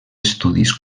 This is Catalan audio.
estudis